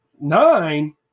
Nine